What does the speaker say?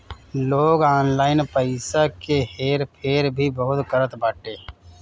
लोग ऑनलाइन पईसा के हेर फेर भी बहुत करत बाटे